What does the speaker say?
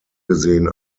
gesehen